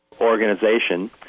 organization